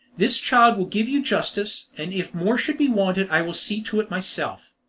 this child will give you justice, and if more should be wanted i will see to it myself.